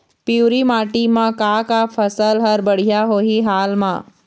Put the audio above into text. पिवरी माटी म का का फसल हर बढ़िया होही हाल मा?